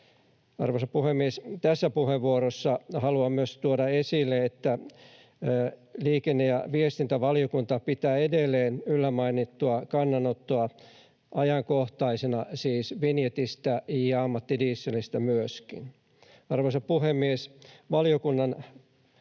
Arvoisa puhemies! Tässä puheenvuorossa haluan myös tuoda esille, että liikenne‑ ja viestintävaliokunta pitää edelleen yllä mainittua kannanottoa ajankohtaisena, siis vinjetistä ja myöskin ammattidieselistä. Arvoisa puhemies! Valiokunnan